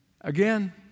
Again